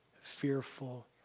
fearful